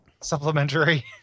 Supplementary